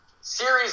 series